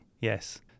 yes